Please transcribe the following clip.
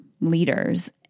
leaders